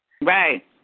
Right